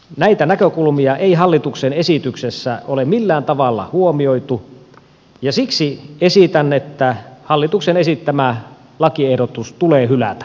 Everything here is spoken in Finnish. näitä näkökulmia ei hallituksen esityksessä ole millään tavalla huomioitu ja siksi esitän että hallituksen esittämä lakiehdotus tulee hylätä